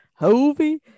Hovi